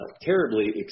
terribly